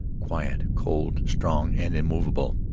quiet, cold, strong, and immovable.